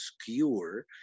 skewer